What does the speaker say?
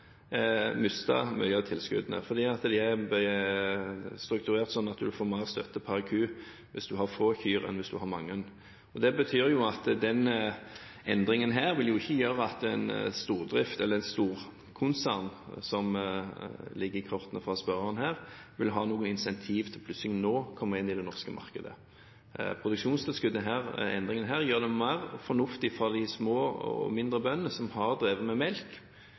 har få kyr, enn hvis man har mange. Det betyr at denne endringen vil jo ikke gjøre at et storkonsern slik det ligger i kortene fra spørreren her – vil ha noe incentiv til plutselig nå å komme inn i det norske markedet. Denne endringen gjør det mer fornuftig for de små og mindre bøndene som har drevet med melk,